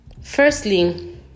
Firstly